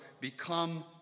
become